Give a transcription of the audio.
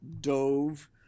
dove